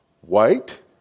white